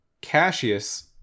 Cassius